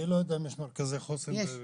אני לא יודע אם יש מרכזי חוסן בשאר המקומות.